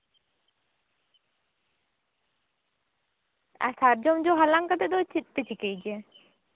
ᱟᱨ ᱥᱟᱨᱡᱚᱢ ᱡᱚ ᱦᱟᱞᱟᱝ ᱠᱟᱛᱮ ᱫᱚ ᱪᱮᱫ ᱯᱮ ᱪᱤᱠᱟᱹᱭ ᱜᱮᱭᱟ